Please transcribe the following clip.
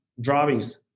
drawings